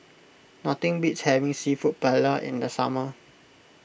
nothing beats having Seafood Paella in the summer